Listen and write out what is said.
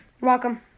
Welcome